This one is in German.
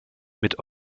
mit